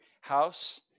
house